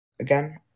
again